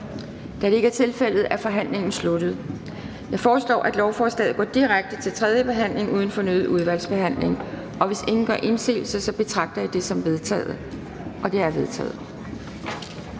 Da det ikke er tilfældet, er forhandlingen sluttet. Jeg foreslår, at lovforslaget går direkte til tredje behandling uden fornyet udvalgsbehandling. Hvis ingen gør indsigelse, betragter jeg det som vedtaget. Det er vedtaget.